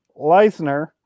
Leisner